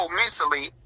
mentally